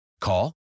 Call